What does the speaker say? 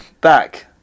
Back